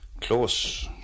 close